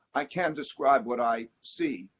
i can describe what i see,